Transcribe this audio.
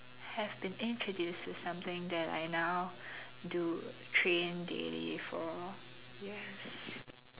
have been introduce to something that I now do train daily for yes